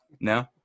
No